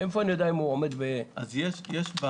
איך אדע אם היא עומדת בדרישות התקן?